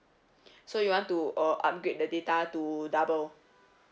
so you want to uh upgrade the data to double